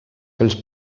pels